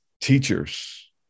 teachers